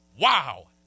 wow